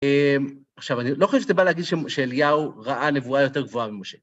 עכשיו, אני לא חושב שאתה בא להגיד שאליהו ראה הנבואה יותר גבוהה ממשה.